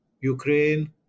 Ukraine